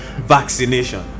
vaccination